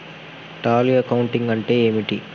Tally accounting అంటే ఏమిటి?